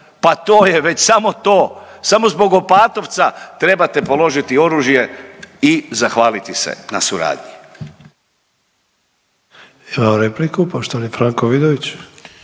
Pa to je već samo to, samo zbog Opatovca trebate položiti oružje i zahvaliti se na suradnji.